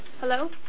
Hello